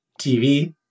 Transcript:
TV